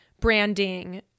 branding